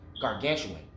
gargantuan